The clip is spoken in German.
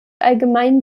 allgemein